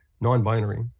Non-binary